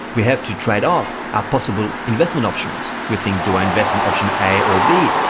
we have to trade off our possible investment options. we think, do i invest in option a or b,